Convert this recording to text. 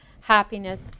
happiness